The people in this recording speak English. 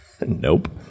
Nope